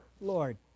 Lord